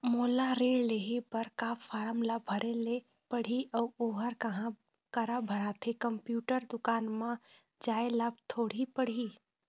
मोला ऋण लेहे बर का फार्म ला भरे ले पड़ही अऊ ओहर कहा करा भराथे, कंप्यूटर दुकान मा जाए ला थोड़ी पड़ही?